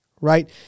right